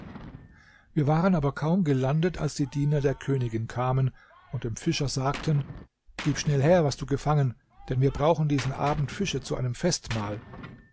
wir waren aber kaum gelandet als die diener der königin kamen und dem fischer sagten gib schnell her was du gefangen denn wir brauchen diesen abend fische zu einem festmahl